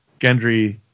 Gendry